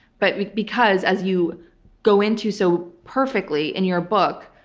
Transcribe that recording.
but because, as you go into so perfectly in your book,